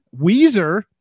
Weezer